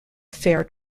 affair